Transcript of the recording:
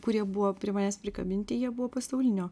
kurie buvo prie manęs prikabinti jie buvo pasaulinio